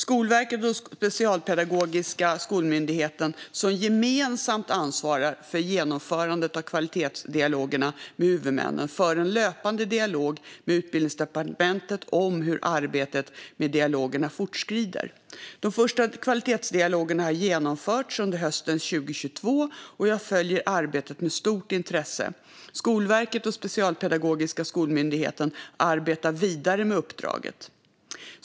Skolverket och Specialpedagogiska skolmyndigheten, som gemensamt ansvarar för genomförandet av kvalitetsdialogerna med huvudmännen, för en löpande dialog med Utbildningsdepartementet om hur arbetet med dialogerna fortskrider. De första kvalitetsdialogerna har genomförts under hösten 2022. Jag följer arbetet med stort intresse. Skolverket och Specialpedagogiska skolmyndigheten arbetar vidare med uppdraget.